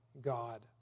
God